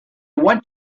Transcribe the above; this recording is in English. went